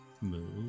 move